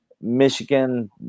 Michigan